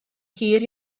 hir